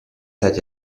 seit